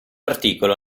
articolo